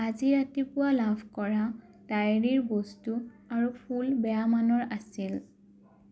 আজি ৰাতিপুৱা লাভ কৰা ডায়েৰীৰ বস্তু আৰু ফুল বেয়া মানৰ আছিল